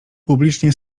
publicznie